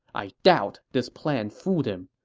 i doubt this plan fooled him.